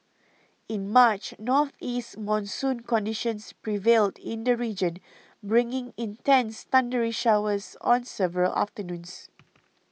in March northeast monsoon conditions prevailed in the region bringing intense thundery showers on several afternoons